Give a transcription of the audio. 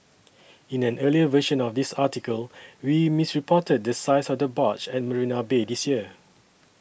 in an earlier version of this article we misreported the size of the barge at Marina Bay this year